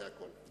זה הכול.